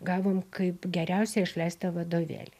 gavom kaip geriausiai išleistą vadovėlį